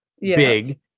Big